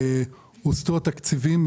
הוסטו התקציבים.